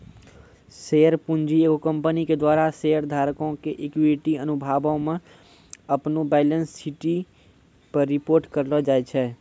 share पूंजी एगो company के द्वारा शेयर धारको के इक्विटी अनुभागो मे अपनो बैलेंस शीटो पे रिपोर्ट करलो जाय छै